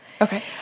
Okay